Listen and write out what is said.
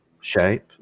shape